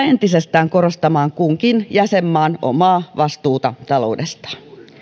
entisestään korostamaan kunkin jäsenmaan omaa vastuuta taloudestaan